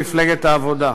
מפלגת העבודה.